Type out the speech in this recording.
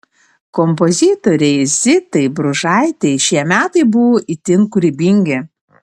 kompozitorei zitai bružaitei šie metai buvo itin kūrybingi